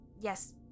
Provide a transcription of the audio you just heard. Yes